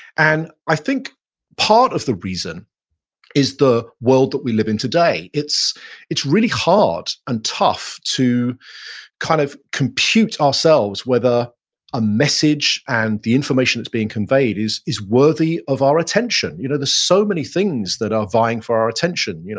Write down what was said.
and i think part of the reason is the world that we live in today. it's it's really hard and tough to kind of compute compute ourselves whether a message and the information that's being conveyed is is worthy of our attention. you know there's so many things that are vying for our attention. you know